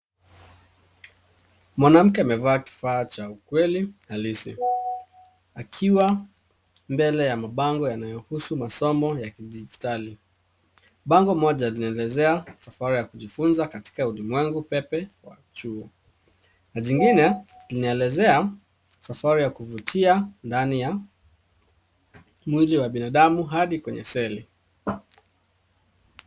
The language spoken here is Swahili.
Mwanamke amevaa kwa mtindo wa kisasa, akiwakilisha ukweli halisi. Amesimama mbele ya mabango yanayohusu masomo ya kidijitali. Bango moja linaelezea safari ya kujifunza katika ulimwengu wa mtandaoni kwa njia ya kujifunza kwa kuchukua kozi. Bango jingine linaelezea safari ya kuvutia ndani ya mwili wa binadamu hadi kufikia kwenye seli.